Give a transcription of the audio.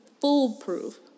foolproof